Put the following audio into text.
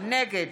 נגד